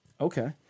okay